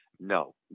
No